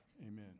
Amen